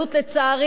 לצערי,